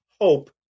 hope